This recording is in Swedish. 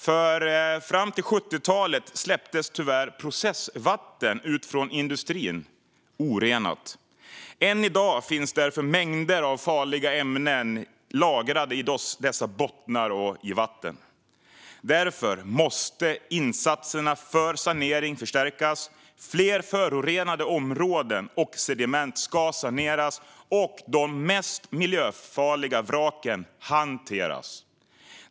Fram till 70-talet släpptes tyvärr processvatten ut från industrin orenat. Än i dag finns därför mängder av farliga ämnen lagrade i dessa bottnar och vatten, och därför måste insatserna för sanering förstärkas. Fler förorenade områden och sediment ska saneras och de mest miljöfarliga vraken hanteras.